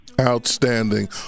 Outstanding